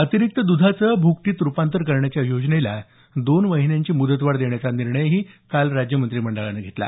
अतिरिक्त दधाचं भूकटीत रुपांतर करण्याच्या योजनेला दोन महिन्यांची मूदतवाढ देण्याचा निर्णयही काल मंत्रिमंडळानं घेतला